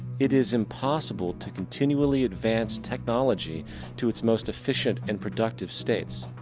it is impossible to continually advance technology to its most efficient and productive states.